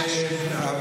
אנשי יש עתיד התייצבו,